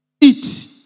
Eat